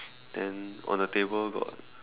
then on the table got